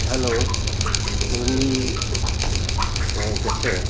hello ᱥᱤᱵᱤᱱᱰᱤ ᱠᱮᱯᱷᱮ